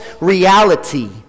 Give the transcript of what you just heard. reality